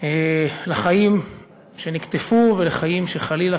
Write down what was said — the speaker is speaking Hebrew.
לחיים שנקטפו ולחיים שחלילה,